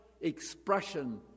expression